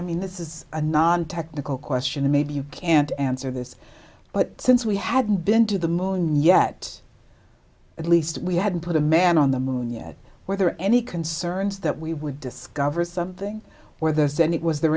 i mean this is a non technical question maybe you can't answer this but since we hadn't been to the moon yet at least we hadn't put a man on the moon yet whether any concerns that we would discover something where there's any was there